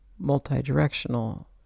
multi-directional